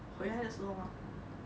回来的时候吗